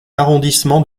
arrondissement